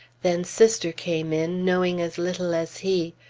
then sister came in, knowing as little as he.